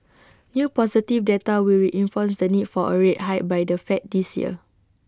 new positive data will reinforce the need for A rate hike by the fed this year